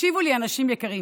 תקשיבו לי, אנשים יקרים,